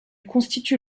constitue